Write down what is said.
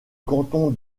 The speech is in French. canton